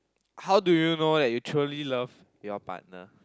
how do you know that you truly love your partner